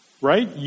Right